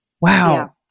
wow